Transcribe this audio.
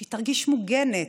שהיא תרגיש מוגנת.